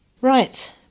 Right